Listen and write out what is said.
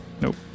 Nope